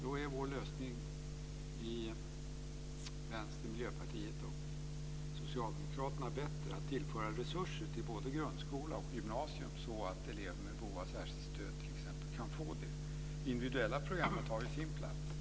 Då är vår lösning i Vänsterpartiet, Miljöpartiet och Socialdemokraterna bättre, dvs. att tillföra resurser till både grundskola och gymnasium så att elever med behov av särskilt stöd kan få det. Det individuella programmet har sin plats.